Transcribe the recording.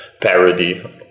parody